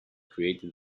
created